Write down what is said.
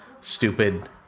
stupid